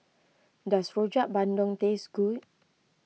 does Rojak Bandung taste good